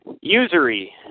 Usury